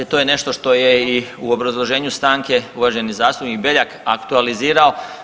To je nešto što je i u obrazloženju stanke uvaženi zastupnik Beljak aktualizirao.